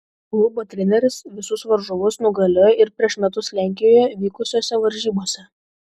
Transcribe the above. klubo treneris visus varžovus nugalėjo ir prieš metus lenkijoje vykusiose varžybose